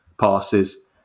passes